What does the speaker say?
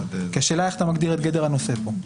השאלה איך אתה מגדיר את גדר הנושא פה.